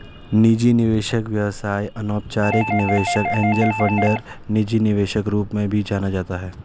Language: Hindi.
निजी निवेशक व्यवसाय अनौपचारिक निवेशक एंजेल फंडर निजी निवेशक रूप में भी जाना जाता है